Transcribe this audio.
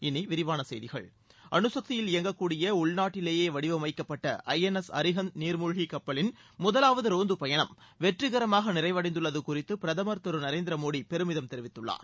இனி விரிவான செய்திகள் அணுசக்தியில் இயங்கக்கூடிய உள்நாட்டிலேயே வடிவமைக்கப்பட்ட ஐ என் எஸ் அரிஹந்த் நீாமூழ்கி கப்பலின் முதலாவது ரோந்து பயணம் வெற்றிகரமாக நிறைவடைந்துள்ளது குறித்து பிரதமா் திரு நரேந்திர மோடி பெருமிதம் தெரிவித்துள்ளார்